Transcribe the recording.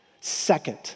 Second